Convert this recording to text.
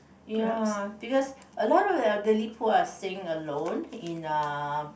ya because a lot of the elderly poor are staying alone in uh